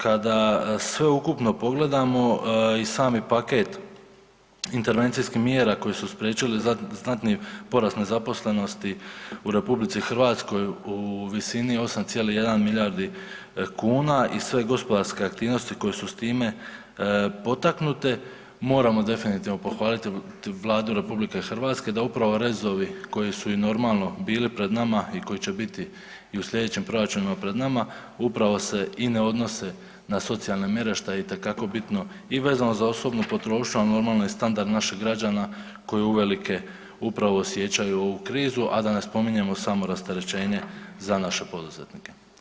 Kada sveukupno pogledamo i sami paket intervencijskih mjera koje su spriječile znatni porast nezaposlenosti u RH u visini 8,1 milijardi kuna i sve gospodarske aktivnosti koje su s time potaknute moramo definitivno pohvaliti Vladu RH da upravo i rezovi koji su bili pred nama i koji će biti i u sljedećem proračunu pred nama upravo se i ne odnose na socijalne mjere što je itekako bitno i vezano za osobnu potrošnju, a normalno i standard naših građana koji uvelike upravo osjećaju ovu krizu, a da ne spominjemo samo rasterećenje za naše poduzetnike.